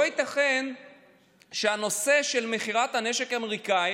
לא ייתכן שהנושא של מכירת הנשק האמריקאי,